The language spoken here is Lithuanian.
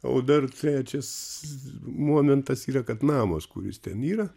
o dar trečias momentas yra kad namas kuris ten yra